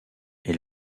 est